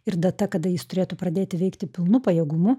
ir data kada jis turėtų pradėti veikti pilnu pajėgumu